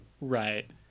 right